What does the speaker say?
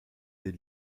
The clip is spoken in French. des